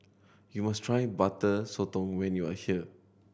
you must try Butter Sotong when you are here